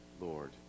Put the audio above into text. Lord